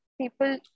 people